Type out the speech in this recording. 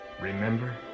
Remember